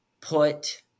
put